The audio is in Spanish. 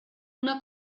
una